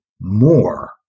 more